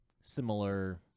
similar